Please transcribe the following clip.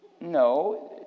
No